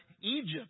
Egypt